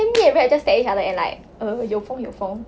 then me and rab just stare at each other and like err 有风有风